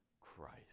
Christ